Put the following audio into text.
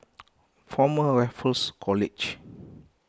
Former Raffles College